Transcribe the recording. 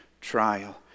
trial